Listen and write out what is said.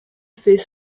fait